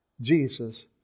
Jesus